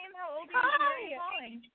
Hi